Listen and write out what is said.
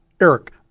Eric